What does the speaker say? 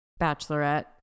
bachelorette